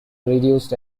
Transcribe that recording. reduced